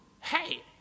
hey